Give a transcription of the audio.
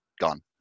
gone